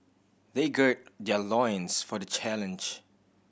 they gird their loins for the challenge